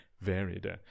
varied